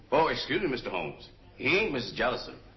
oh, excuse me, mr. holmes, he ain't mrs. jellison.